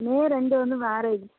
மே ரெண்டு வந்து மேரேஜ்